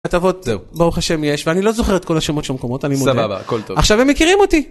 הטבות ברוך השם יש ואני לא זוכר את כל השמות של המקומות אני מודה עכשיו הם מכירים אותי